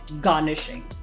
garnishing